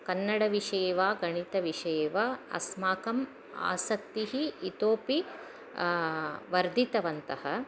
कन्नडविषये वा गणितविषये वा अस्माकम् आसक्तिम् इतोऽपि वर्धितवन्तः